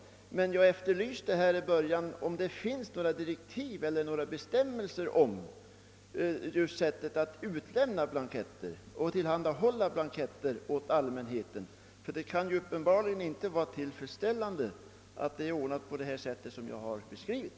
Jag efterlyste däremot om det finns några direktiv eller några bestämmelser om sättet att tillhandahålla blanketter åt allmänheten. Det kan uppenbarligen inte vara tillfredsställande med en sådan ordning som den jag har beskrivit.